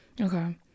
Okay